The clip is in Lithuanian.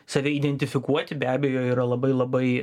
save identifikuoti be abejo yra labai labai